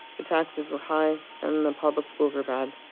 the taxes were high and the public schools were bad.